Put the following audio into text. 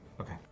Okay